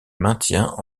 maintient